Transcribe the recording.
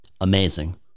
Amazing